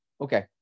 Okay